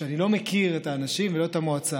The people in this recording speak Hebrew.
שאני לא מכיר את האנשים ולא את המועצה,